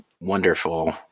wonderful